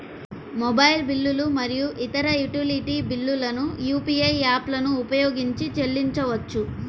mobile బిల్లులు మరియు ఇతర యుటిలిటీ బిల్లులను యూ.పీ.ఐ యాప్లను ఉపయోగించి చెల్లించవచ్చు